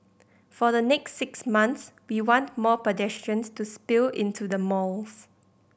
for the next six months we want more pedestrians to spill into the malls